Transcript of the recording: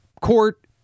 court